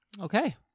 Okay